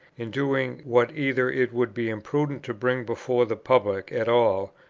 in doing what either it would be imprudent to bring before the public at all,